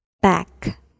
Back